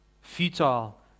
futile